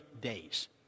days